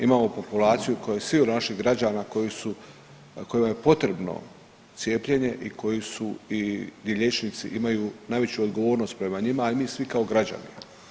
Imamo populaciju koji, … [[Govornik se ne razumije]] naših građana koji su, kojima je potrebno cijepljenje i koji su i gdje liječnici imaju najveću odgovornost prema njima, a i mi svi kao građani.